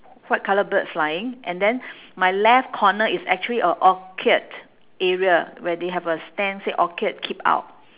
white colour bird flying and then my left corner is actually a orchid area where they have a stand that say orchid keep out